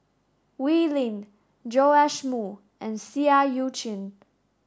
Wee Lin Joash Moo and Seah Eu Chin